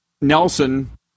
Nelson